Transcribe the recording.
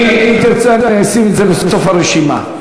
אם תרצה, אני ארשום אותך בסוף הרשימה.